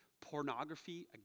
pornography